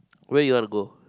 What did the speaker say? where you want to go